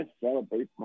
celebrate